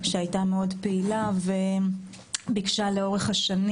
שמה קץ לחייה לפני כמה חודשים.